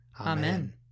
Amen